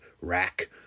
rack